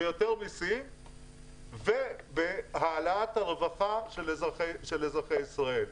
ביותר מיסים ובהעלאת הרווחה של אזרחי ישראל.